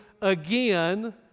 again